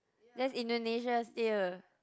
that's Indonesia still